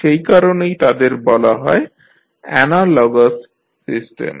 সে কারণেই তাদের বলা হয় অ্যানালগাস সিস্টেম